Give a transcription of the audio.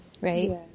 Right